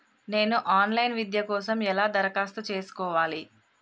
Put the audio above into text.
నేను online విద్య కోసం ఎలా దరఖాస్తు చేసుకోవాలి?